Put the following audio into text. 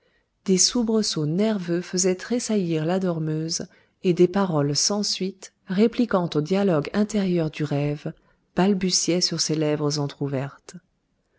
des soubresauts nerveux faisaient tressaillir la dormeuse et des paroles sans suite répliquant au dialogue intérieur du rêve balbutiaient sur ses lèvres